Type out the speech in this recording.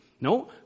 No